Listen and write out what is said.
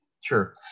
Sure